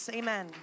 amen